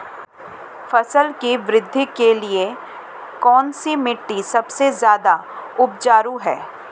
फसल की वृद्धि के लिए कौनसी मिट्टी सबसे ज्यादा उपजाऊ है?